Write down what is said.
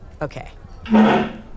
okay